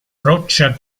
roccia